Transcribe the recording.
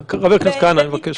אני מוכן